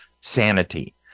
sanity